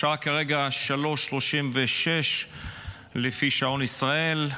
השעה כרגע 15:36 לפי שעון ישראל.